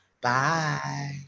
Bye